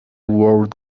world